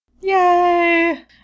Yay